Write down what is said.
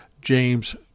James